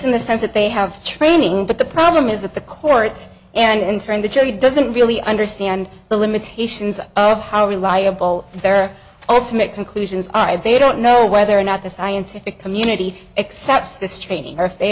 in the sense that they have training but the problem is that the courts and in turn the jury doesn't really understand the limitations of how reliable their ultimate conclusions are they don't know whether or not the scientific community excepts this training or if they